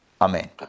Amen